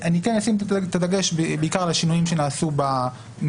אני כן אשים את הדגש בעיקר על השינויים שנעשו מהדיון